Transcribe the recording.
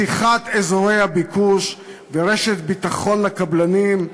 מתיחת אזורי הביקוש ורשת ביטחון לקבלנים,